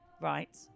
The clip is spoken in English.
right